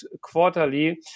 Quarterly